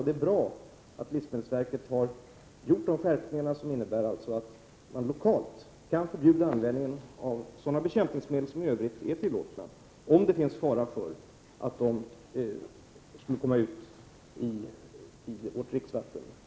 Det är bra att livsmedelsverket har genomfört skärpningar innebärande att man lokalt vid sjöar och vattentäkter kan förbjuda användningen av sådana bekämpningsmedel som i övrigt är tillåtna, om det finns fara för att bekämpningsmedelsrester skulle komma ut i våra dricksvatten.